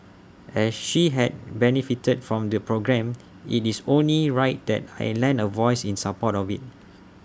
as she had benefited from the programme IT is only right that I lend A voice in support of IT